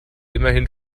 immerhin